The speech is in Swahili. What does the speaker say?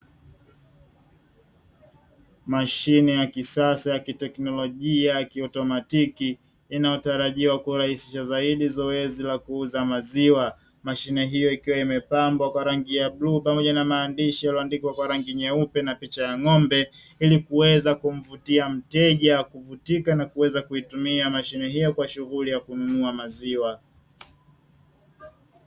Mashine ya kisasa ya kiteknolojia ya kiautomakiti inayotarajiwa kurahisisha zaidi zoezi la kuuza maziwa. Mashine hiyo ikiwa imepambwa kwa rangi ya bluu pamoja na maandishi yaliyoandikwa kwa rangi nyeupe na picha ya ng’ombe, ili kuweza kumvutia mteja kuvutika na kuweza kuitumia mashine hiyo kwa shughuli ya kununua maziwa.